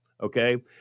okay